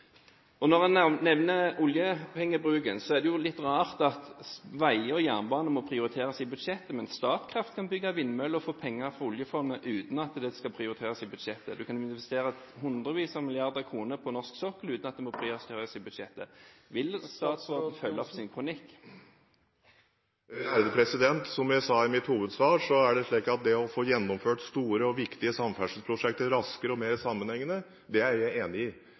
Når man nevner oljepengebruken, er det litt rart at veier og jernbane må prioriteres i budsjettet, mens Statkraft kan bygge vindmøller for penger fra oljefondet, uten at det skal prioriteres i budsjettet. Man kan investere hundrevis av milliarder kroner på norsk sokkel uten at det må prioriteres i budsjettet. Vil statsråden følge opp sin kronikk? Som jeg sa i mitt hovedsvar: Det å få gjennomført store og viktige samferdselsprosjekter raskere og mer sammenhengende er jeg enig i.